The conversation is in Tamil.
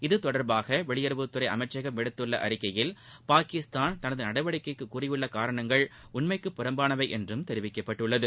இத்தொடர்பாக வெளியுறவுத்துறை அமைச்சகம் விடுத்துள்ள அறிக்கையில் பாகிஸ்தான் தனது நடவடிக்கைக்கு கூறியுள்ள காரணங்கள் உண்மைக்கு புறம்பானவை என்றும் தெரிவிக்கப்பட்டுள்ளது